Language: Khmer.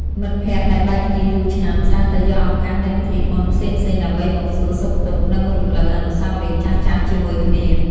មិត្តភក្តិដែលបែកគ្នាយូរឆ្នាំច្រើនតែយកឱកាសនៃពិធីបុណ្យផ្សេងៗដើម្បីមកសួរសុខទុក្ខ និងរំលឹកអនុស្សាវរីយ៍ចាស់ៗជាមួយគ្នា។